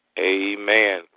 Amen